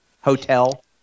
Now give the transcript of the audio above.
hotel